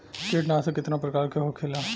कीटनाशक कितना प्रकार के होखेला?